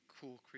cool